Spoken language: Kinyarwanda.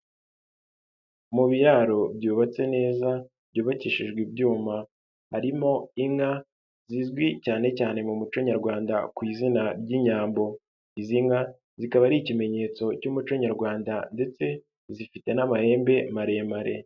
Mu biraro byubatse neza byubakishijwe ibyuma, harimo inka zizwi cyane cyane mu muco nyarwanda ku izina ry'Inyambo, izi nka zikaba ari ikimenyetso cy'umuco nyarwanda ndetse zifite n'amahembe maremare.